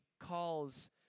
calls